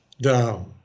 down